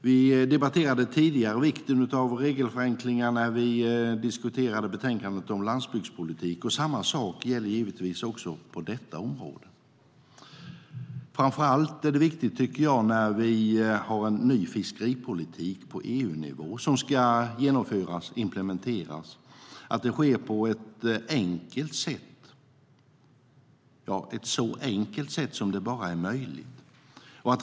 Vi diskuterade tidigare vikten av regelförenklingar när vi debatterade betänkandet om landsbygdspolitik, och samma sak gäller givetvis på detta område. När vi har en ny fiskeripolitik på EU-nivå som ska genomföras tycker jag framför allt att det är viktigt att det sker på ett så enkelt sätt som bara är möjligt.